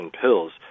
pills